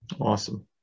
Awesome